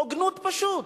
הוגנות, פשוט.